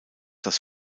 das